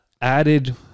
Added